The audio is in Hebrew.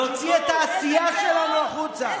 להוציא את העשייה שלנו החוצה.